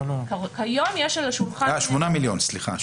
8 מיליון, סליחה.